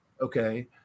okay